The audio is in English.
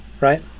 right